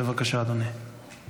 בבקשה, אדוני.